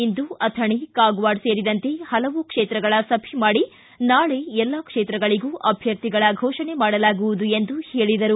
ಇಂದು ಅಥಣಿ ಕಾಗವಾಡ ಸೇರಿದಂತೆ ಹಲವು ಕ್ಷೇತ್ರಗಳ ಸಭೆ ಮಾಡಿ ನಾಳೆ ಎಲ್ಲಾ ಕ್ಷೇತ್ರಗಳಿಗೂ ಅಭ್ಯರ್ಥಿಗಳ ಘೋಷಣೆ ಮಾಡಲಾಗುವುದು ಎಂದು ಹೇಳಿದರು